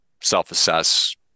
self-assess